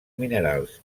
minerals